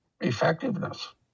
effectiveness